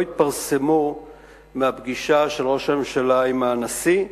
התפרסמו מהפגישה של ראש הממשלה עם הנשיא.